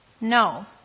No